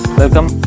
welcome